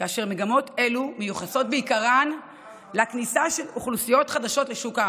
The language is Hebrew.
ומגמות אלו מיוחסות בעיקרן לכניסה של אוכלוסיות חדשות לשוק העבודה.